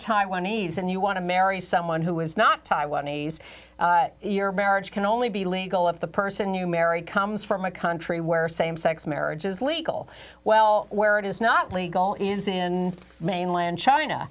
taiwanese and you want to marry someone who is not taiwanese your marriage can only be legal if the person you marry comes from a country where same sex marriage is legal well where it is not legal is in mainland china